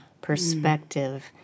perspective